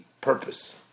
purpose